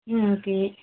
ம் ஓகே